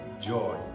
joy